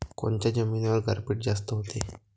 कोनच्या जमिनीवर गारपीट जास्त व्हते?